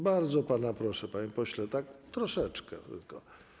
Bardzo pana proszę, panie pośle, tak troszeczkę tylko.